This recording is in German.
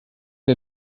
der